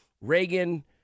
Reagan